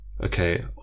okay